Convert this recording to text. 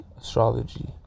Astrology